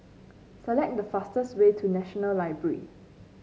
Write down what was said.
select the fastest way to National Library